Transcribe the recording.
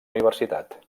universitat